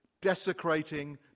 desecrating